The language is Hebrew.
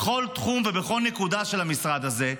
בכל תחום ובכל נקודה של המשרד הזה,